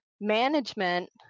management